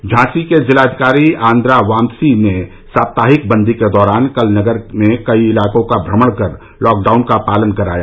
झांसी के जिलाधिकारी आन्द्रा वाम्सी ने साप्ताहिक बन्दी के दौरान कल नगर में कई इलाकों का भ्रमण कर लॉकडाउन का पालन कराया